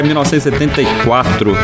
1974